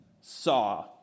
saw